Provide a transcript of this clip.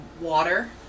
water